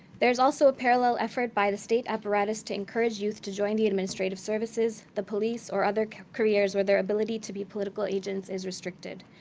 there is also a parallel effort by the state apparatus to encourage youth to join the administrative services, the police, or other careers where their ability to be political agents is restricted.